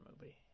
movie